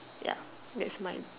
ya that's mine